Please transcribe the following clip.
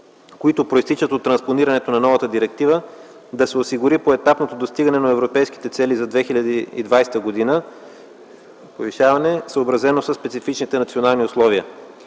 които произтичат от транспонирането на новата директива, да се осигури поетапното достигане на европейските цели за 2020 г., съобразено със специфичните национални условия.